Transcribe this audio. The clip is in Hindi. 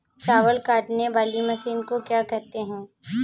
चावल काटने वाली मशीन को क्या कहते हैं?